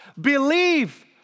believe